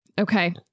Okay